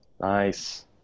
Nice